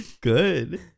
Good